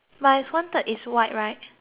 white right the person